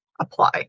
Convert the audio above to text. apply